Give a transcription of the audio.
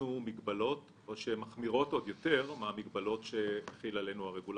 אימצנו מגבלות מחמירות עוד יותר מהמגבלות שהחיל עלינו הרגולטור.